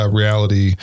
reality